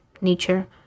Nature